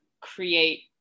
create